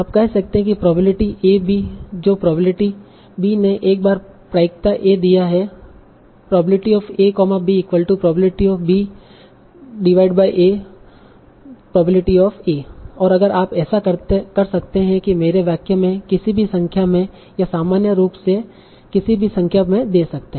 आप कह सकते हैं कि प्रोबेबिलिटी A B जो प्रोबेबिलिटी B ने एक बार प्रायिकता A दिया है और अगर आप ऐसा कर सकते हैं कि मेरे वाक्य में किसी भी संख्या में या सामान्य रूप से किसी भी संख्या में दे सकते है